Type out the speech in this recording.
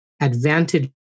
advantage